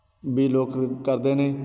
ਵੀ ਲੋਕ ਕਰਦੇ ਨੇ